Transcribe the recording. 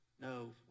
No